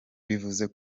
bivuze